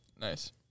Nice